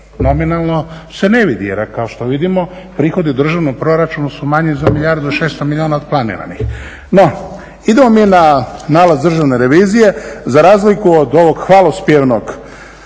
Nominalno se ne vidi jer kao što vidimo prihodi u državnom proračunu su manji za milijardu i 600 milijuna od planiranih. No, idemo mi na nalaz Državne revizije. Za razliku od ovog hvalospjevnog